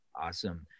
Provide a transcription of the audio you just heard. Awesome